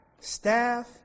staff